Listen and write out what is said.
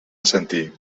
assentir